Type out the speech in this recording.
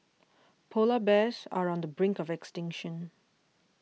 Polar Bears are on the brink of extinction